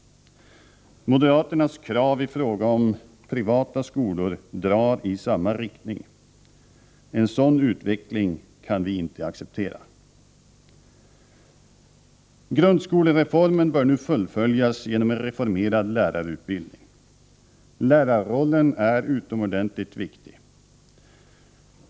Moderaternas krav i fråga om privata skolor drar i samma riktning. En sådan utveckling kan vi inte acceptera. Grundskolereformen bör nu fullföljas genom en reformerad lärarutbildning. Lärarrollen är utomordentligt viktig.